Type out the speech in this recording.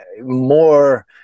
more